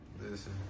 Listen